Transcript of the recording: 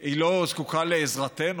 היא לא זקוקה לעזרתנו.